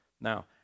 Now